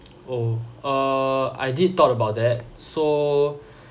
oh uh I did thought about that so